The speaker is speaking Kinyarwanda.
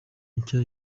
nshya